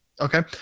okay